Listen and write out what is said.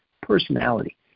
personality